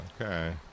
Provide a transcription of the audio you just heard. Okay